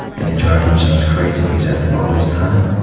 and they drive themselves crazy because after all this time,